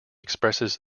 expresses